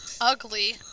ugly